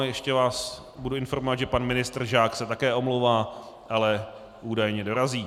Ještě vás budu informovat, že pan ministr Žák se také omlouvá, ale údajně dorazí.